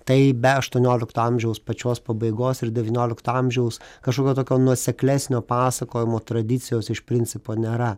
tai be aštuoniolikto amžiaus pačios pabaigos ir devyniolikto amžiaus kažkokio tokio nuoseklesnio pasakojimo tradicijos iš principo nėra